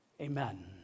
Amen